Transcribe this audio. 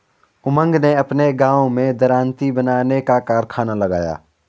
उमंग ने अपने गांव में दरांती बनाने का कारखाना लगाया